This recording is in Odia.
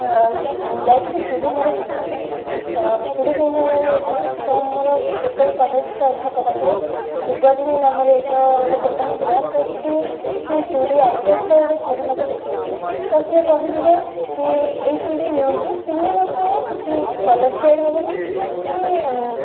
ଯାଇଥିଲି ଚୁଡ଼ି ମୋର କିଣିବା ପାଇଁ ଚୁଡ଼ି କିଣିବାରେ ଯାଇଁ ଯାଇଥିଲି ତ ମୋର ପୋତଲ କଲେଜ୍ ଛକ ପାଖରେ ସୁବ୍ରତ ଭାଇ ନାମରେ ଏକ ଗୋଟେ ଦୋକାନ ଥିଲା ତ ସେଠି ସେ ଚୁଡ଼ି ଆଇଟିଏସର ଗୋଟେ ଚୁଡ଼ି ମୋତେ ଦେଖାଇଥିଲେ ତ ସିଏ କହିଥିଲେ କି ଏଇ ଚୁଡ଼ି ନିଅନ୍ତୁ ତିନି ବର୍ଷ ଯାଏ କିଛି କଲର୍ ଫେଡ଼୍ ହେବନି କି